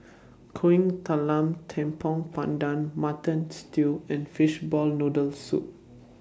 Kuih Talam Tepong Pandan Mutton Stew and Fishball Noodle Soup